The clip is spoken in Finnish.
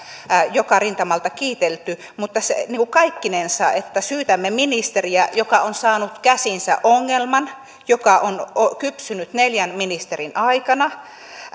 joka rintamalta kiitelty vaan kaikkinensa sitä että syytämme ministeriä joka on saanut käsiinsä ongelman joka on kypsynyt neljän ministerin aikana